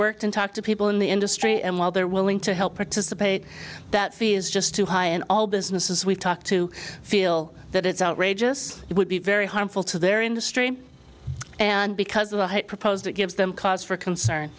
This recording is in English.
worked in talk to people in the industry and while they're willing to help participate that fee is just too high and all businesses we've talked to feel that it's outrageous it would be very harmful to their industry and because of the high proposed it gives them cause for concern